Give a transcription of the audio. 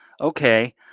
Okay